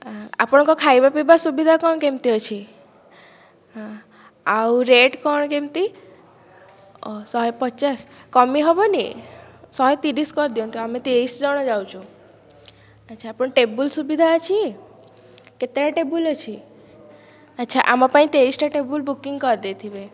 ଆପଣଙ୍କ ଖାଇବା ପିଇବା ସୁବିଧା କ'ଣ କେମିତି ଅଛି ହଁ ଆଉ ରେଟ କ'ଣ କେମିତି ଶହେ ପଚାଶ କମ୍ ହେବନି ଶହେ ତିରିଶ କରିଦିଅନ୍ତୁ ଆମେ ତେଇଶି ଜଣ ଯାଉଛୁ ଆଚ୍ଛା ଆପଣଙ୍କ ଟେବୁଲ ସୁବିଧା ଅଛି କେତେଟା ଟେବୁଲ ଅଛି ଆଚ୍ଛା ଆମ ପାଇଁ ତେଇଶିଟା ଟେବୁଲ ବୁକିଂ କରିଦେଇଥିବେ